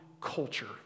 culture